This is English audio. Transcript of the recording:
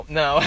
no